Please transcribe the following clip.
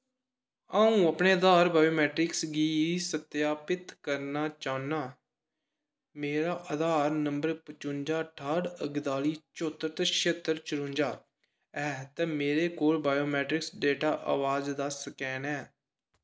अ'ऊं अपने आधार बायोमैट्रिक्स गी सत्यापत करना चाह्न्नां मेरा आधार नंबर पचुंजा ठाह्ट इक्कताली चौहत्तर ते छिहत्तर चरुंजा ऐ ते मेरे कोल बायोमैट्रिक्स डेटा अबाज दा स्कैन ऐ